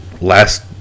last